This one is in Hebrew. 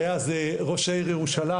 שהיה אז ראש העיר ירושלים,